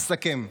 אסכם.